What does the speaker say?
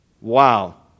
Wow